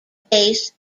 bass